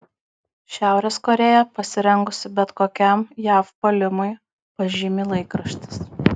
šiaurės korėja pasirengusi bet kokiam jav puolimui pažymi laikraštis